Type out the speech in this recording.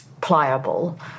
pliable